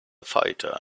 fighter